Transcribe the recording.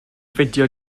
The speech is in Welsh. fideo